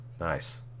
Nice